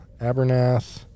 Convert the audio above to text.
Abernath